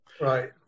Right